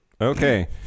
Okay